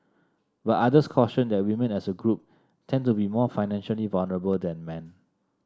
but others cautioned that women as a group tend to be more financially vulnerable than men